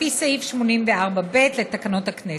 לפי סעיף 84(ב) לתקנון הכנסת.